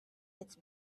its